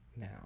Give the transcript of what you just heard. Now